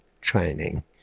training